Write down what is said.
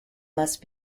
must